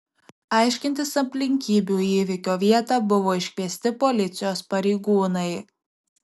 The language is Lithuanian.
aiškintis aplinkybių į įvykio vietą buvo iškviesti policijos pareigūnai